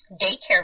daycare